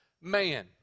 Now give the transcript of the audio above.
man